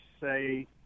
say